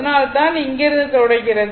அதனால்தான் இங்கிருந்து தொடங்குகிறது